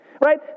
Right